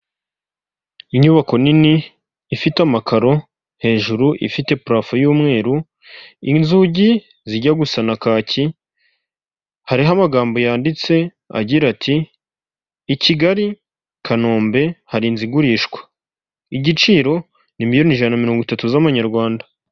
Inyubako nini ifite amakaro hejuru ifite parofu y'umweru, inzugi zijya gusa na kaki, hariho amagambo yanditse agira ati i Kigali Kanombe hari inzu igurishwa, igiciro ni miliyoni ijana ma mirongo itatu z'amanyarwanda.